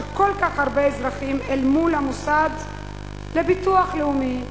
כל כך הרבה אזרחים אל מול המוסד לביטוח לאומי,